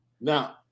Now